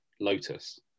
Lotus